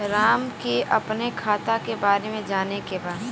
राम के अपने खाता के बारे मे जाने के बा?